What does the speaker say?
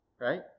right